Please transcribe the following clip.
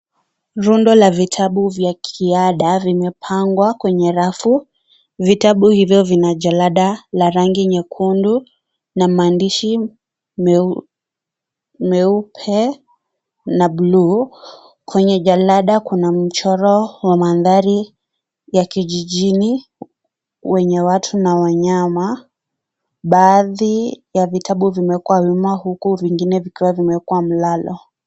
Rundo la vitabu vya kiada vimepangwa kwenye rafu. Vitabu hivyo vina jalada la rangi nyekundu na maandishi meupe na buluu. Kwenye jalada kuna mchoro wa mandhari ya kijijini wenye watu na wanyama. Baadhi ya vitabu vimewekwa wima huku vingine vimewekwa mlalo.